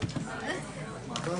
ננעלה